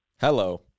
Hello